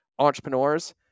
entrepreneurs